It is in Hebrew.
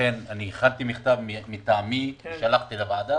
לכן הכנתי מכתב מטעמי ושלחתי לוועדה